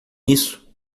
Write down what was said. isso